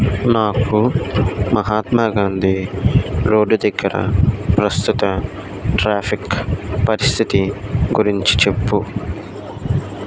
నాకు మహాత్మ గాంధీ రోడ్డు దగ్గర ప్రస్తుత ట్రాఫిక్ పరిస్థితి గురించి చెప్పు